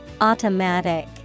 Automatic